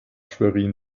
schwerin